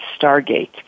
stargate